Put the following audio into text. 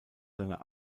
seiner